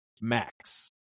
max